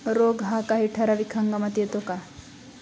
रोग हा काही ठराविक हंगामात येतो का?